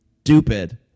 stupid